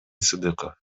сыдыков